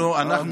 אנחנו,